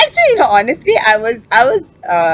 actually you know honestly I was I was uh